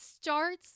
starts